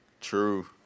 true